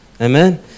amen